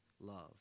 love